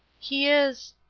he is,